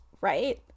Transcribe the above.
right